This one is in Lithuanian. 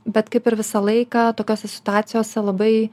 bet kaip ir visą laiką tokiose situacijose labai